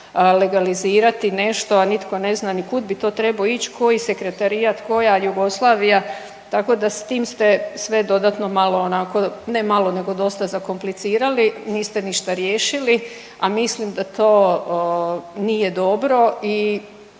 legalizirati nešto, a nitko ne zna ni kud bi to trebao ići, koji sekretarijat, koja Jugoslavija. Tako da s tim ste sve dodatno malo onako, ne malo nego dosta zakomplicirali. Niste ništa riješili, a mislim da to nije dobro i